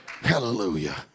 hallelujah